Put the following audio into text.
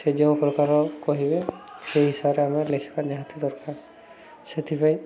ସେ ଯେଉଁ ପ୍ରକାର କହିବେ ସେଇ ହିସାବରେ ଆମେ ଲେଖିବା ନିହାତି ଦରକାର ସେଥିପାଇଁ